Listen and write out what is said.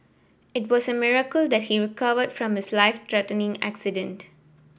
it was a miracle that he recovered from his life threatening accident